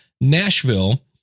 Nashville